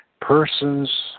Persons